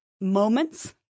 moments